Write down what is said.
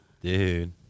Dude